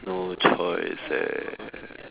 no choice eh